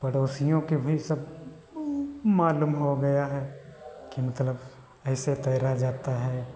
पड़ोसियों को भी सब मालूम हो गया है अब कि मतलब ऐसे तैरा जाता है